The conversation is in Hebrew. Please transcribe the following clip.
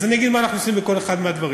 אז אני אגיד מה אנחנו עושים בכל אחד מהדברים.